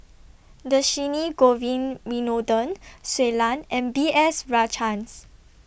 Dhershini Govin Winodan Shui Lan and B S Rajhans